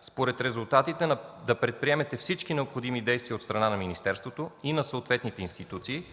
според резултатите да предприемете всички необходими действия от страна на министерството и на съответните институции